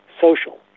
social